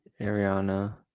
ariana